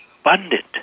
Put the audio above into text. abundant